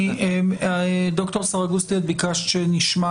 ד"ר סרגוסטי, את ביקשת שנשמע